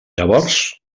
llavors